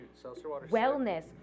wellness